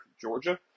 Georgia